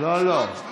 לא, לא.